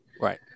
Right